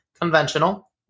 conventional